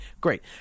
great